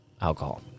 alcohol